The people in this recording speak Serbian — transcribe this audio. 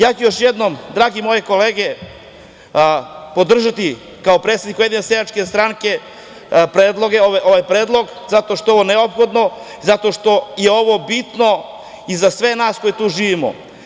Ja ću još jednom, drage moje kolege, podržati kao predsednik USS ovaj predlog, zato što je ovo neophodno i zato što je ovo bitno i za sve nas koji tu živimo.